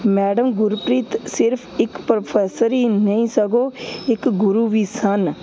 madam Gurpreet ਸਿਰਫ਼ ਇੱਕ professor ਹੀ ਨਹੀਂ ਸਗੋਂ ਇੱਕ ਗੁਰੂ ਵੀ ਸਨ